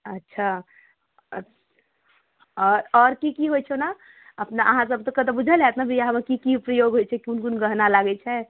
अच्छा आओर कि कि होइ छै ओना अपना अहाँसबके तऽ बुझल हैत ने बिआहमे कि कि प्रयोग होइ छै कोन कोन गहना लागै छै